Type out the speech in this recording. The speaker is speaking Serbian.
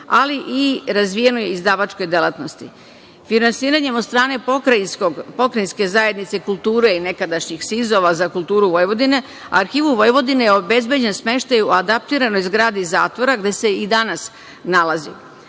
ali i razvijenoj izdavačkoj delatnosti. Finansiranjem od strane pokrajinske zajednice kulture i nekadašnjih SIZ-ova za kulturu Vojvodine, Arhivu Vojvodine je obezbeđen smeštaj u adaptiranoj zgradi zatvora, gde se i danas nalazi.